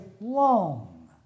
long